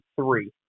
three